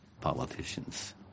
politicians